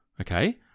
okay